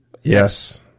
Yes